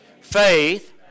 faith